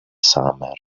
summer